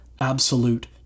absolute